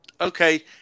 okay